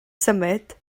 symud